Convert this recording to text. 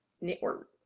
Network